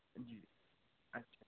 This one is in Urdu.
جی اچھا